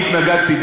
אני התנגדתי,